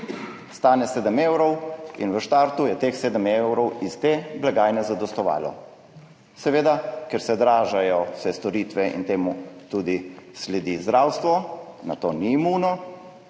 stane 7 evrov in v štartu je teh 7 evrov iz te blagajne zadostovalo. Seveda, ker se dražijo vse storitve in temu sledi tudi zdravstvo, na to ni imuno,